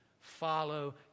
follow